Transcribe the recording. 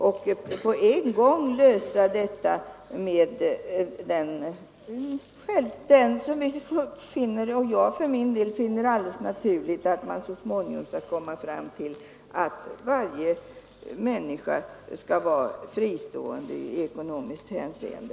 Lösningen måste bli, det finner jag för min del alldeles naturligt, att varje människa skall vara fristående i ekonomiskt hänseende.